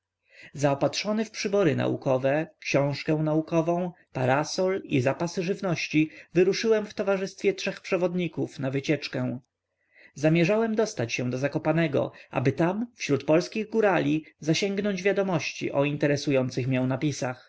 zaopatrzony w przybory naukowe książkę notatkową parasol i zapasy żywności wyruszyłem w towarzystwie trzech przewodników na wycieczkę zamierzyłem dostać się do zakopanego aby tam wśród polskich górali zasiągnąć wiadomości o interesujących mię napisach